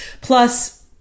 plus